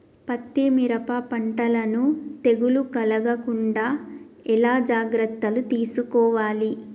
పత్తి మిరప పంటలను తెగులు కలగకుండా ఎలా జాగ్రత్తలు తీసుకోవాలి?